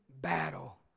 battle